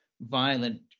violent